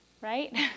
right